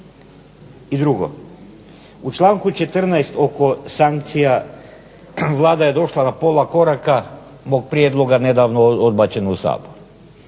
I drugo, u članku 14.oko sankcija Vlada je došla na pola koraka zbog prijedloga nedavno odbačenog u Saboru.